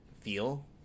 feel